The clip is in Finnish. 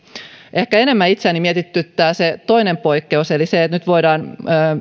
ehkä enemmän itseäni mietityttää se toinen poikkeus eli se että nyt voidaan